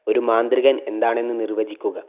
ഒരു മാന്ത്രികൻ എന്താണെന്ന് നിർവ്വചിക്കുക